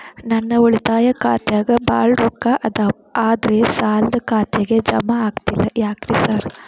ನನ್ ಉಳಿತಾಯ ಖಾತ್ಯಾಗ ಬಾಳ್ ರೊಕ್ಕಾ ಅದಾವ ಆದ್ರೆ ಸಾಲ್ದ ಖಾತೆಗೆ ಜಮಾ ಆಗ್ತಿಲ್ಲ ಯಾಕ್ರೇ ಸಾರ್?